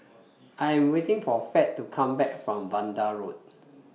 I Am waiting For Fed to Come Back from Vanda Road